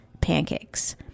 pancakes